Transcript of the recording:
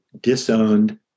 disowned